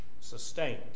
sustained